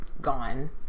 gone